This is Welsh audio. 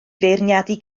feirniadu